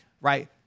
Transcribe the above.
right